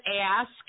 ask